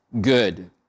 good